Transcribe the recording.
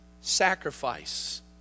sacrifice